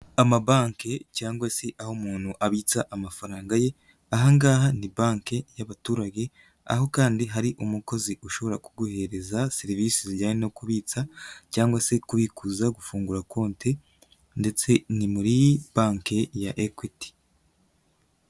Amabanki cyangwa se aho umuntu abitsa amafaranga ye, aha ngaha ni banki y'abaturage, aho kandi hari umukozi ushobora kubwohereza serivisi zijyanye no kubitsa cyangwa se kubikuza, gufungura konti ndetse ni muri banki ya Equit.